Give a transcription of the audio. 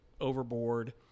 overboard